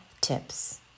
tips